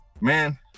Man